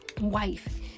wife